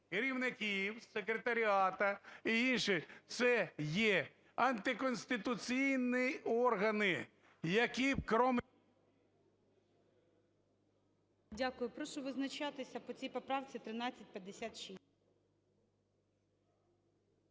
Дякую. Прошу визначатися по цій поправці 1356.